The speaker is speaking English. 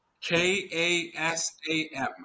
K-A-S-A-M